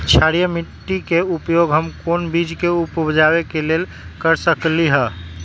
क्षारिये माटी के उपयोग हम कोन बीज के उपजाबे के लेल कर सकली ह?